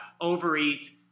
Overeat